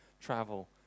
travel